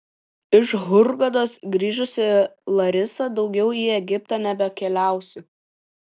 iš hurgados grįžusi larisa daugiau į egiptą nebekeliausiu